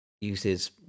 uses